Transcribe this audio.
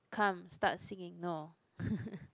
come start singing no